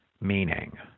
meaning